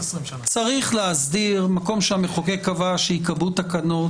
צריך להסדיר מקום שהמחוקק קבע שיקבעו תקנות.